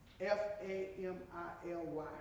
F-A-M-I-L-Y